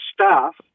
staff